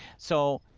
so,